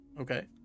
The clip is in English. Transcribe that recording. Okay